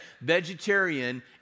vegetarian